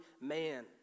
man